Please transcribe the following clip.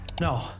No